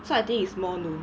so I think it's more known